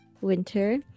winter